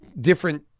different